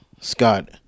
Scott